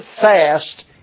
fast